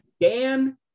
dan